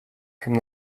from